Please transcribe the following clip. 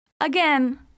again